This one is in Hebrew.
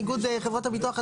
איגוד חברות הביטוח,